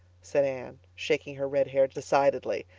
said anne, shaking her red head decidedly,